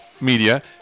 media